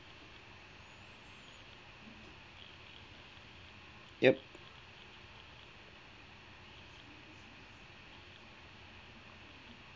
yup